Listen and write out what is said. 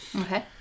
Okay